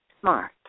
smart